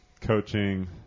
coaching